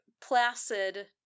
placid